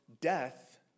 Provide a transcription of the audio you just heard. death